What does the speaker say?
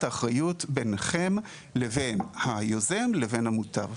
האחריות ביניכם לבין היוזם לבין המוטב.